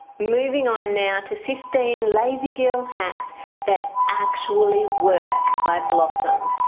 moving on now to fifteen lazy girl hacks that actually work by blossom.